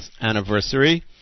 anniversary